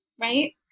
right